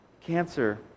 cancer